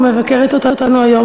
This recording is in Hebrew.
או מבקרת אותנו היום,